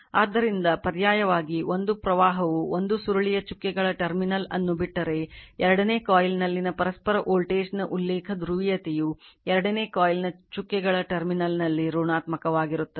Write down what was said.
ಆದ್ದರಿಂದ ಪರ್ಯಾಯವಾಗಿ ಒಂದು ಪ್ರವಾಹವು ಒಂದು ಸುರುಳಿಯ ಚುಕ್ಕೆಗಳ ಟರ್ಮಿನಲ್ ಅನ್ನು ಬಿಟ್ಟರೆ ಎರಡನೇ ಕಾಯಿಲ್ನಲ್ಲಿನ ಪರಸ್ಪರ ವೋಲ್ಟೇಜ್ನ ಉಲ್ಲೇಖ ಧ್ರುವೀಯತೆಯು ಎರಡನೇ ಕಾಯಿಲ್ನ ಚುಕ್ಕೆಗಳ ಟರ್ಮಿನಲ್ನಲ್ಲಿ ಋಣಾತ್ಮಕ ವಾಗಿರುತ್ತದೆ